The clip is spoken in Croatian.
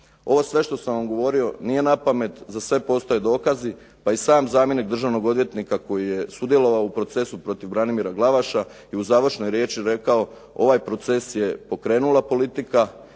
Ovo sve što sam vam govorio nije napamet, za sve postoje dokazi, pa i sam zamjenik državnog odvjetnika koji je sudjelovao u procesu protiv Branimira Glavaša i u završnoj riječi rekao ovaj proces je pokrenula politika